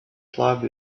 club